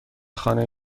خانه